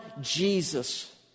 Jesus